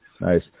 Nice